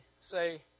say